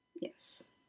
Yes